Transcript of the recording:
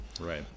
Right